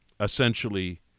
essentially